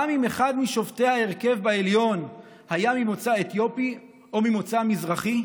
גם אם אחד משופטי ההרכב בעליון היה ממוצא אתיופי או ממוצא מזרחי?